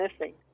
missing